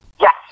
Yes